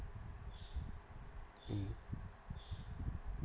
um